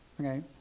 Okay